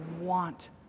want